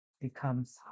becomes